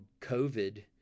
COVID